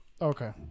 Okay